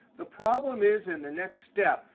the problem is, in the next step,